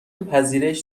پذیرش